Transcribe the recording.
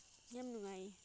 ꯌꯥꯝ ꯅꯨꯡꯉꯥꯏꯌꯦ